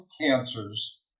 cancers